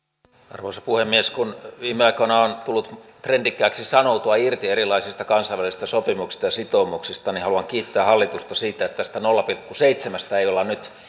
arvoisa puhemies kun viime aikoina on tullut trendikkääksi sanoutua irti erilaisista kansainvälisistä sopimuksista ja sitoumuksista niin haluan kiittää hallitusta siitä että tästä nolla pilkku seitsemästä ei olla nyt